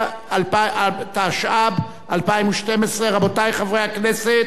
התשע"ב 2012. רבותי חברי הכנסת,